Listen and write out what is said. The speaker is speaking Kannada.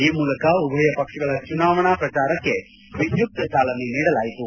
ಈ ಮೂಲಕ ಉಭಯ ಪಕ್ಷಗಳ ಚುನಾವಣಾ ಪ್ರಚಾರಕ್ಕೆ ವಿದ್ಯುಕ್ಷ ಚಾಲನೆ ನೀಡಲಾಯಿತು